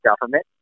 government